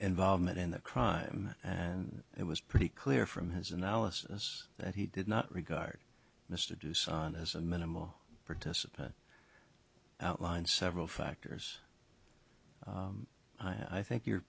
involvement in the crime and it was pretty clear from his analysis that he did not regard mr douce on as a minimal participant outlined several factors i think you're